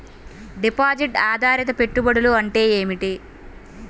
Deposit ఆధారిత పెట్టుబడులు అంటే ఏమిటి?